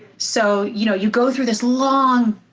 so, you know, you go through this long,